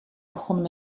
begonnen